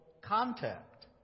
contact